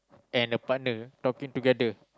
and a partner talking together